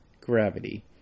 Gravity